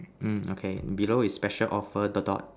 mm okay below is special offer dot dot